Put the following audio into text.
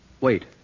Wait